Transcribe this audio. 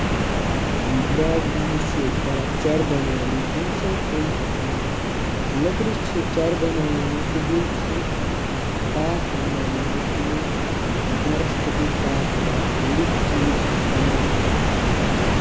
بیاکھ بِجلی چھُ ییٚتہِ کران چیرِ بَناونُک ییٚمہِ سۭتۍ تِم لٔکرِ چھِ چیرِ بَناوان تہٕ بیٚیہِ چھِ تَاخ بَناوان یِتھ کَنۍ گَرس خٲطرٕ تاخ واخ وُڈٕکۍ چیٖز چھِ بَناوان تہٕ